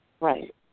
Right